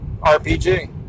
RPG